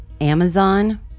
Amazon